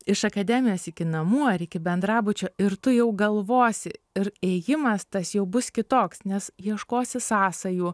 iš akademijos iki namų ar iki bendrabučio ir tu jau galvosi ir ėjimas tas jau bus kitoks nes ieškosi sąsajų